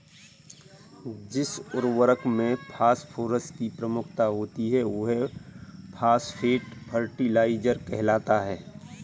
जिस उर्वरक में फॉस्फोरस की प्रमुखता होती है, वह फॉस्फेट फर्टिलाइजर कहलाता है